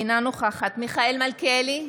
אינה נוכחת מיכאל מלכיאלי,